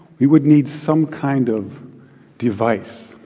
we would need some kind of device.